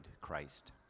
Christ